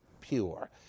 pure